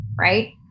right